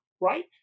right